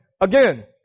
again